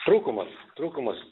trūkumas trūkumas